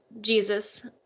Jesus